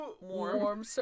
warm